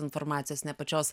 informacijos ne pačios